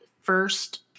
first